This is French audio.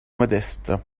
modestes